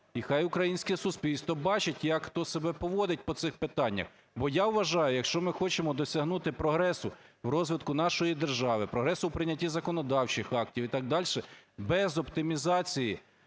і хай українське суспільство бачить, як хто себе поводить по цих питаннях. Бо я вважаю, якщо ми хочемо досягнути прогресу в розвитку нашої держави, прогресу в прийнятті законодавчих актів і так дальше, без оптимізації